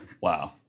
Wow